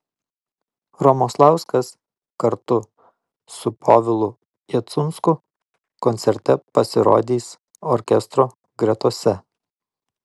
romoslauskas kartu su povilu jacunsku koncerte pasirodys orkestro gretose